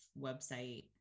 website